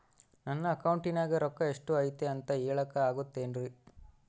ನನ್ನ ಅಕೌಂಟಿನ್ಯಾಗ ರೊಕ್ಕ ಎಷ್ಟು ಐತಿ ಅಂತ ಹೇಳಕ ಆಗುತ್ತೆನ್ರಿ?